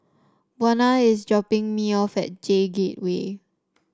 Buna is dropping me off at J Gateway